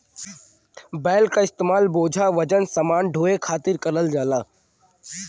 बैल क इस्तेमाल बोझा वजन समान ढोये खातिर करल जाला